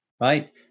right